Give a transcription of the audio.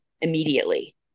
immediately